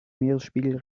meeresspiegel